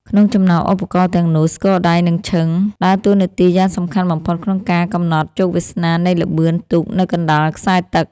ក្នុងចំណោមឧបករណ៍ទាំងនោះ ស្គរដៃ និងឈឹង ដើរតួនាទីយ៉ាងសំខាន់បំផុតក្នុងការកំណត់ជោគវាសនានៃល្បឿនទូកនៅកណ្តាលខ្សែទឹក។